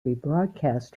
rebroadcast